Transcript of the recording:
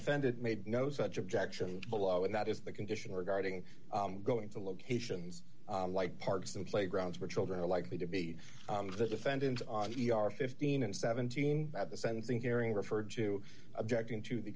defendant made no such objection below and that is the condition regarding going to locations like parks and playgrounds where children are likely to be the defendants are g r fifteen and seventeen at the sentencing hearing referred to objecting to the